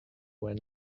when